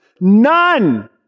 None